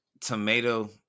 tomato